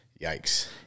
yikes